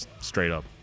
straight-up